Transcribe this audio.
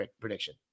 prediction